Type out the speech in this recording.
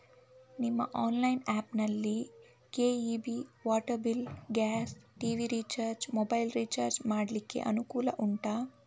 ನಿಮ್ಮ online app ನಲ್ಲಿ KEB, water bill, gas, TV recharge, mobile recharge ಮಾಡ್ಲಿಕ್ಕೆ ಅನುಕೂಲ ಉಂಟಾ